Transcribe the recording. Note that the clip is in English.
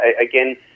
again